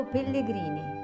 Pellegrini